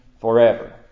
forever